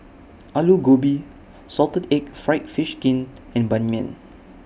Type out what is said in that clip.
Aloo Gobi Salted Egg Fried Fish Skin and Ban Mian